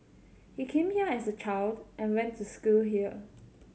he came here as a child and went to school here